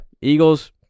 Eagles